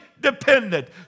dependent